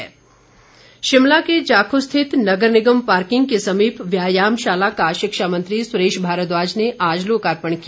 मारद्वाज शिमला के जाखू स्थित नगर निगम पार्किंग के समीप व्यायामशाला का शिक्षा मंत्री सुरेश भारद्वाज ने आज लोकार्पण किया